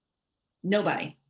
nobody?